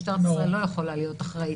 משטרת ישראל לא יכולה להיות אחראית.